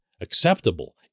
acceptable